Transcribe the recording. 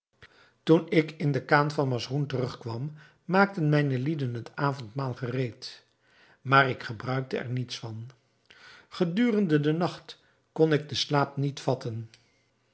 toen ik in de khan van masroun terugkwam maakten mijne lieden het avondmaal gereed maar ik gebruikte er niets van gedurende den nacht kon ik den slaap niet vatten